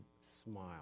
smile